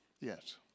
Yes